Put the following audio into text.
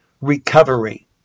recovery